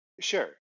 Sure